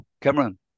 Cameron